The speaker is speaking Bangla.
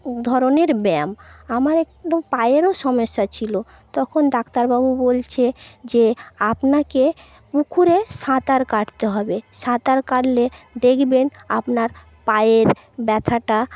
ধরনের ব্যায়াম আমার একটু পায়েরও সমস্যা ছিল তখন ডাক্তারবাবু বলছে যে আপনাকে পুকুরে সাঁতার কাটতে হবে সাঁতার কাটলে দেখবেন আপনার পায়ের ব্যথাটা